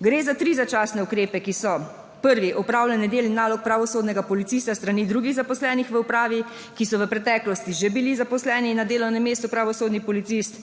Gre za tri začasne ukrepe, ki so; prvi, opravljanje del in nalog pravosodnega policista s strani drugih zaposlenih v upravi, ki so v preteklosti že bili zaposleni na delovnem mestu pravosodni policist;